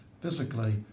physically